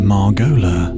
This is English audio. Margola